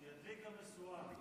ידליק המשואה.